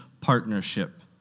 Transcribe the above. partnership